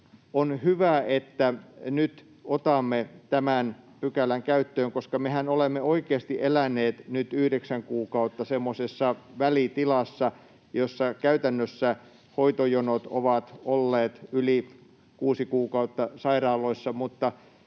on hyvä, että nyt otamme tämän pykälän käyttöön, koska mehän olemme oikeasti eläneet nyt yhdeksän kuukautta semmoisessa välitilassa, jossa käytännössä hoitojonot ovat olleet yli kuusi kuukautta sairaaloissa,